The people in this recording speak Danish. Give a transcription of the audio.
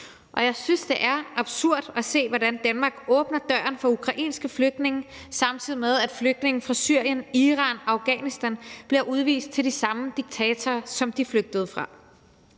Jeg synes, det er absurd at se, hvordan Danmark åbner døren for ukrainske flygtninge, samtidig med at flygtninge fra Syrien, Iran, Afghanistan bliver udvist til de samme diktatorer, som de flygtede fra.